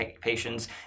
patients